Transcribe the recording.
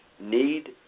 need